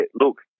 Look